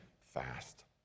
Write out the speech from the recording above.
fast